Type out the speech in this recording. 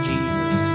Jesus